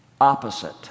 opposite